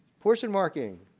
portion marking.